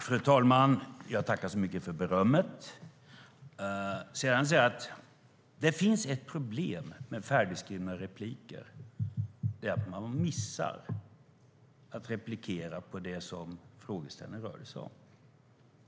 Fru talman! Jag tackar så mycket för berömmet. Sedan ska jag säga att det finns ett problem med färdigskrivna repliker, och det är att man missar att replikera på det frågeställningen rörde sig om.